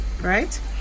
Right